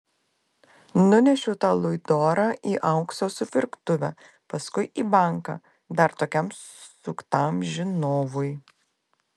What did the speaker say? nunešiau tą luidorą į aukso supirktuvę paskui į banką dar tokiam suktam žinovui